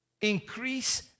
Increase